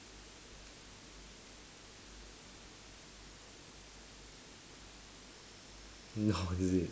oh is it